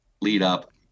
lead-up